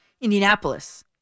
Indianapolis